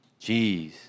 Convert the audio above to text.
Jeez